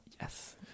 Yes